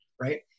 right